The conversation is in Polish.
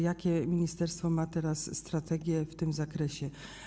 Jakie ministerstwo ma teraz strategie w tym zakresie?